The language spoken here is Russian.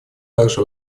также